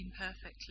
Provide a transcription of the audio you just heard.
imperfectly